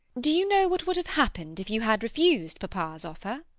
do you know what would have happened if you had refused papa's offer?